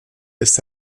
ist